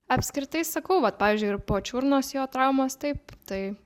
apskritai sakau vat pavyzdžiui ir po čiurnos jo traumos taip tai